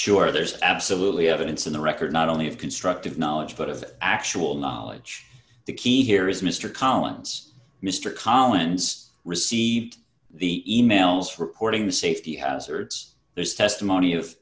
sure there's absolutely evidence in the record not only of constructive knowledge but of actual knowledge the key here is mr collins mr collins received the e mails reporting the safety hazards there's testimony of